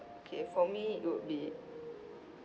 okay for me would be